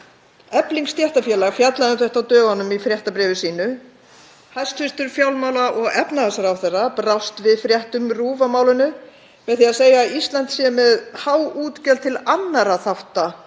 Efling stéttarfélag fjallaði um þetta á dögunum í fréttabréfi sínu. Hæstv. fjármála- og efnahagsráðherra brást við fréttum RÚV af málinu með því að segja að Ísland sé með há útgjöld til annarra þátta